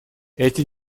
эти